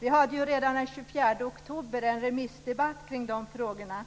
Redan den 24 oktober hade vi ju en remissdebatt om de frågorna.